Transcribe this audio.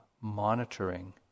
monitoring